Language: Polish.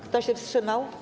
Kto się wstrzymał?